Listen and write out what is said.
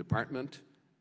department